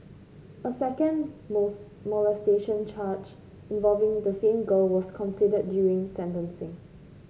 a second molestation charge involving the same girl was considered during sentencing